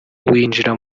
winjira